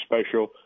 special